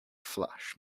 flush